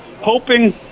hoping